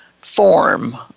form